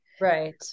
Right